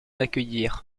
accueillir